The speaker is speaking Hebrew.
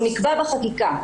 נקבע בחקיקה,